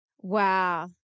Wow